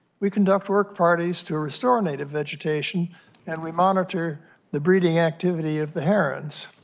we conduct work parties to restore native vegetation and we monitor the breeding activity of the herons.